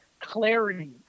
clarity